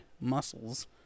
muscles